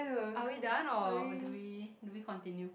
are we done or do we do we continue